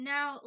Now